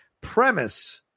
premise